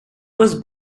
was